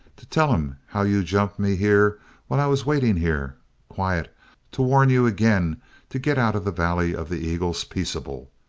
to tell em how you jumped me here while i was waiting here quiet to warn you again to get out of the valley of the eagles peaceable.